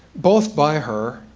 both by her.